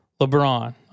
LeBron